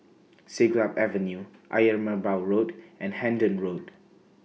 Siglap Avenue Ayer Merbau Road and Hendon Road